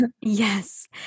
Yes